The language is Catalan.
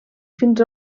fins